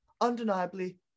undeniably